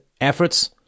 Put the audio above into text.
efforts